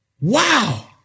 Wow